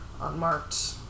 unmarked